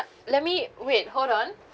let me wait hold on